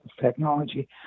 Technology